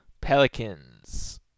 Pelicans